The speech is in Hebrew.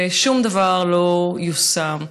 ושום דבר לא יושם.